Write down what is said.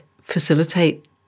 facilitate